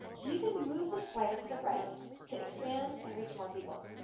you can move the slider to the right to expand and reach more people.